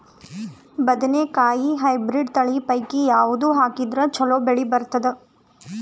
ಬದನೆಕಾಯಿ ಹೈಬ್ರಿಡ್ ತಳಿ ಪೈಕಿ ಯಾವದು ಹಾಕಿದರ ಚಲೋ ಬೆಳಿ ಬರತದ?